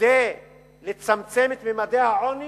כדי לצמצם את ממדי העוני,